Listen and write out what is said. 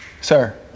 Sir